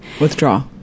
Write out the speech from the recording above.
Withdraw